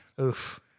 Oof